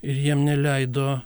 ir jiem neleido